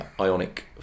Ionic